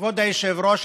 כבוד היושב-ראש,